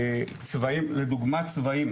לדוגמה צבאים